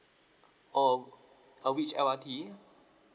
orh uh which M_R_T